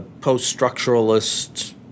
post-structuralist